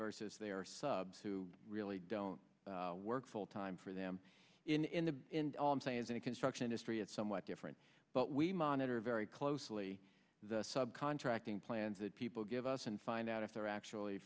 versus their subs who really don't work full time for them in the end all i'm saying is in construction industry it's somewhat different but we monitor very closely the sub contracting plans that people give us and find not if they're actually